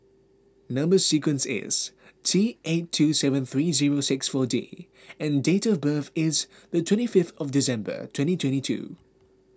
Number Sequence is T eight two seven three zero six four D and date of birth is the twenty five of December twenty twenty two